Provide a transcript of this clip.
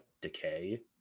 decay